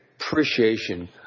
appreciation